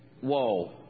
whoa